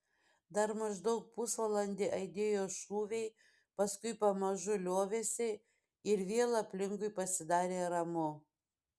dar maždaug pusvalandį aidėjo šūviai paskui pamažu liovėsi ir vėl aplinkui pasidarė ramu